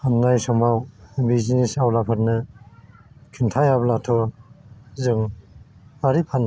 फाननाय समाव बिजनेस आवलाफोरनो खिन्थायाब्लाथ' जों मारै फाननो